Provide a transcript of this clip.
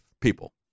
people